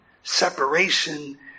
separation